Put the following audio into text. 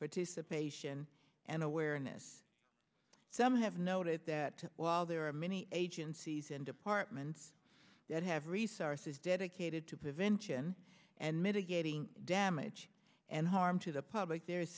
participate in an awareness some have noted that while there are many agencies and departments that have resources dedicated to prevention and mitigating damage and harm to the public there